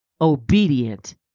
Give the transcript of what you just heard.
obedient